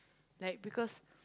like because